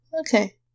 Okay